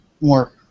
more